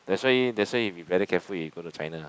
that's why that's why you be very careful if you go to China ah